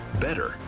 better